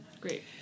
Great